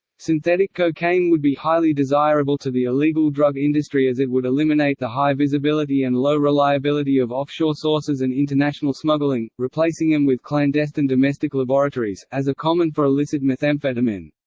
synthetic cocaine would be highly desirable to the illegal drug industry as it would eliminate the high visibility and low reliability of offshore sources and international smuggling, replacing them with clandestine domestic laboratories, as are common for illicit methamphetamine.